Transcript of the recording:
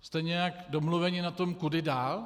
Jste nějak domluveni na tom, kudy dál?